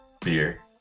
beer